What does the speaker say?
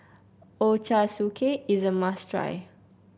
ochazuke is a must try